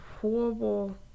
horrible